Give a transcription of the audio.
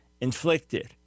inflicted